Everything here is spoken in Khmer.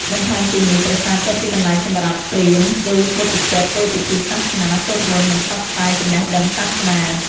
បន្ថែមពីនេះ ប្រាសាទក៏ជាកន្លែងសម្រាប់ព្រាហ្មណ៍ ឬបព្វជិតធ្វើពិធីសាសនា សូត្រមន្ត និងផ្សព្វផ្សាយចំណេះដឹងសាសនា។